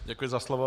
Děkuji za slovo.